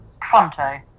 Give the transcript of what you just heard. Pronto